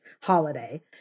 holiday